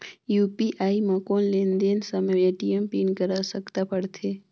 UPI म कौन लेन देन समय ए.टी.एम पिन कर आवश्यकता पड़थे?